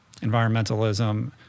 environmentalism